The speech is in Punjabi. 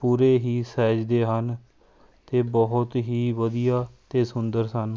ਪੂਰੇ ਹੀ ਸਾਈਜ਼ ਦੇ ਹਨ ਅਤੇ ਬਹੁਤ ਹੀ ਵਧੀਆ ਅਤੇ ਸੁੰਦਰ ਸਨ